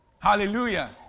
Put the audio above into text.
Hallelujah